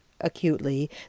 acutely